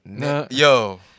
yo